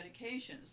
medications